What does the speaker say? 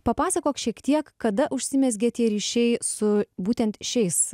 papasakok šiek tiek kada užsimezgė tie ryšiai su būtent šiais